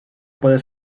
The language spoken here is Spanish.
puede